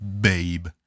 Babe